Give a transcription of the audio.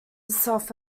itself